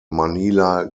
manila